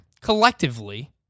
collectively